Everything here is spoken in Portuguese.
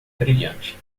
brilhante